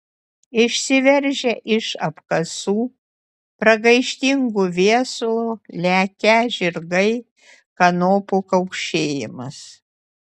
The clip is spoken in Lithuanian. išsiveržę iš apkasų pragaištingu viesulu lekią žirgai kanopų kaukšėjimas